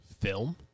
film